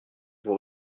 vous